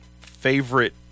favorite